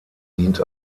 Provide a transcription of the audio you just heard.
dient